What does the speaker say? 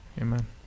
amen